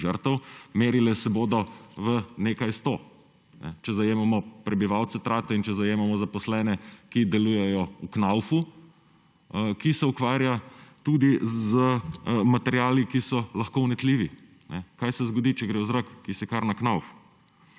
žrtev, merile se bodo v nekaj sto, če zajemamo prebivalce Trate in če zajemamo zaposlene, ki delujejo v Knaufu, ki se ukvarja tudi z materiali, ki so lahko vnetljivi. Kaj se zgodi, če gre v zrak kisikarna Knauf?